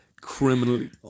criminally